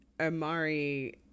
Amari